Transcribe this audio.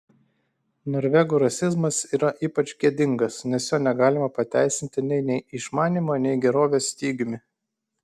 norvegų rasizmas yra ypač gėdingas nes jo negalima pateisinti nei išmanymo nei gerovės stygiumi